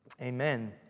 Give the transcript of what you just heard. Amen